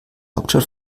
hauptstadt